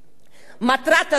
"מטרת הגירוש,